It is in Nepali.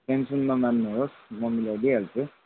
टेन्सन नमान्नुहोस् म मिलाई दिइहाल्छु